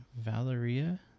Valeria